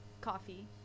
coffee